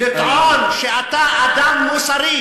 אתה לא יכול לטעון שאתה אדם מוסרי.